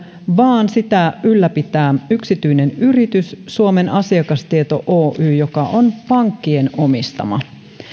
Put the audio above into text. vaan sitä ylläpitää yksityinen yritys suomen asiakastieto oy joka on pankkien omistama